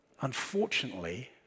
Unfortunately